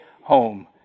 home